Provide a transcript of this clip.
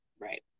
right